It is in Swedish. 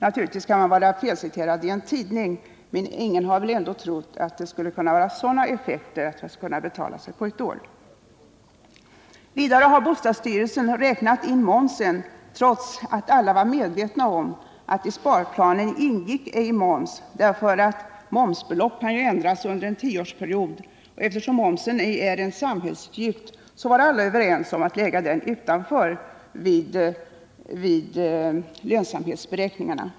Naturligtvis kan man bli felciterad i en tidning, men ingen har väl ändå trott att sparplanen skulle få sådana effekter att åtgärderna skulle kunna betala sig på ett år. Bostadsstyrelsen har dessutom räknat in momsen vid sin redovisning, trots att alla var medvetna om att moms ej ingick i sparplanen. Eftersom momsbelopp kan ändras under en tioårsperiod och eftersom momsen inte är en samhällsutgift, var alla överens om att lägga den utanför lönsamhetsberäkningarna.